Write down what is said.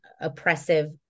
oppressive